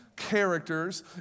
Characters